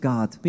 God